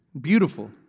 Beautiful